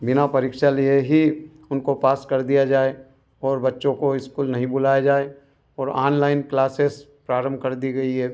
बिना परीक्षा लिए ही उनको पास कर दिया जाए और बच्चों को इस्कूल नहीं बुलाया जाए और आनलाइन क्लासेस प्रारंभ कर दी गई है